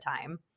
time